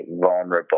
vulnerable